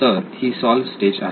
तर ही solve stage आहे